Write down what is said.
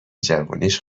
جوونیش